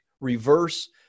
Reverse